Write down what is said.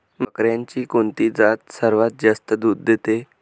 बकऱ्यांची कोणती जात सर्वात जास्त दूध देते?